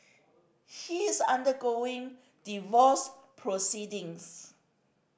he is undergoing divorce proceedings